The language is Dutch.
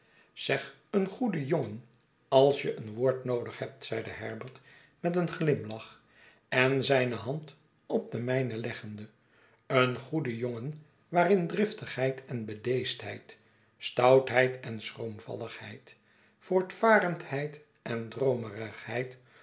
zeg een goede jongen als je een woord noodig hebt zeide herbert met een glimlach en zijne hand op de mijne leggende een goede jongen waarin driftigheid en bedeesdheid stoutheid en schroomvalligheid voortvarendheid en